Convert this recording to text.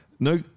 No